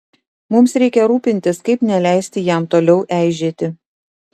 mums reikia rūpintis kaip neleisti jam toliau eižėti